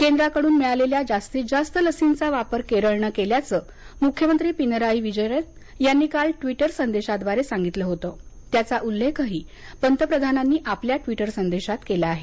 केंद्राकडून मिळालेल्या जास्तीत जास्त लसींचा वापर केरळनं केल्याचं मुख्यमंत्री पिनरायी विजयन यांनी काल ट्वीट संदेशाद्वारे सांगितलं होतं त्याचा उल्लेख पंतप्रधानांनी आपल्या ट्वीट संदेशात केला आहे